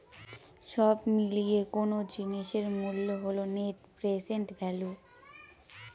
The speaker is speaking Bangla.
সব মিলিয়ে কোনো জিনিসের মূল্য হল নেট প্রেসেন্ট ভ্যালু